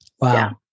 Wow